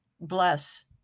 bless